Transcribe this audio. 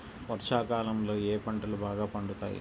వర్షాకాలంలో ఏ పంటలు బాగా పండుతాయి?